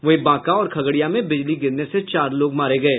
वहीं बांका और खगड़िया में बिजली गिरने से चार लोग मारे गये